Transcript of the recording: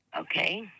Okay